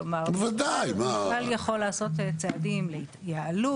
כלומר בעל מפעל יכול לעשות צעדים להתייעלות.